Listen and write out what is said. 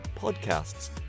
podcasts